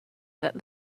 that